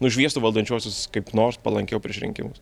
nušviestų valdančiuosius kaip nors palankiau prieš rinkimus